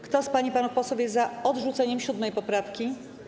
Kto z pań i panów posłów jest za odrzuceniem 7. poprawki?